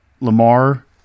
Lamar